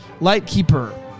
Lightkeeper